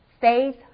faith